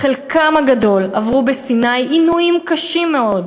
חלקם הגדול עברו בסיני עינויים קשים מאוד,